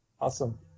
Awesome